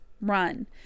run